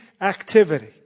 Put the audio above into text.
activity